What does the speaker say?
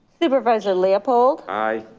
supervisor leopold. aye.